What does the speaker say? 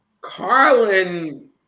Carlin